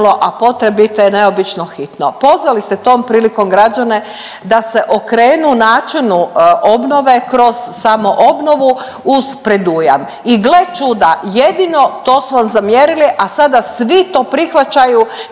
a potrebito je neobično hitno. Pozvali ste tom prilikom građane da se okrenu načinu obnove kroz samoobnovu uz predujam i gle čuda jedino, to su vam zamjerili, a sada svi to prihvaćaju,